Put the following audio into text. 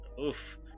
Oof